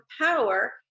power